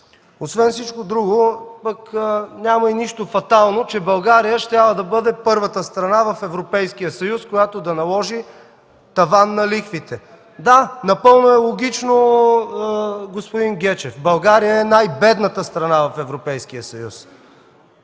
Освен всичко друго, пък няма и нищо фатално, че България щяла да бъде първата страна в Европейския съюз, която да наложи таван на лихвите. (Шум и реплики.) Да, напълно е логично, господин Гечев. България е най-бедната страна в Европейския съюз